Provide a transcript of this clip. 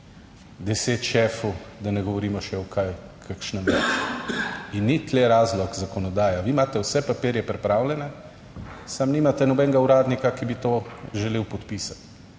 deset šefov, da ne govorimo še o kaj, kakšnem, in ni tu razlog zakonodaja. Vi imate vse papirje pripravljene, samo nimate nobenega uradnika, ki bi to želel podpisati,